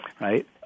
right